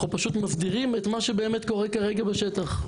פשוט מסדירים את מה שבאמת קורה כרגע בשטח.